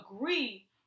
agree